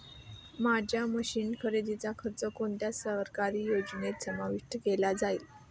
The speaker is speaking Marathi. माझ्या मशीन्स खरेदीचा खर्च कोणत्या सरकारी योजनेत समाविष्ट केला जाईल?